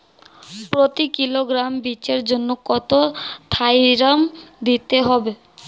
প্রতি কিলোগ্রাম বীজের জন্য কত থাইরাম দিতে হবে?